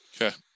Okay